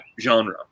genre